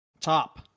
top